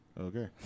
Okay